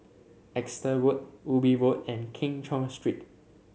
Exeter Road Ubi Road and Keng Cheow Street